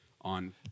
on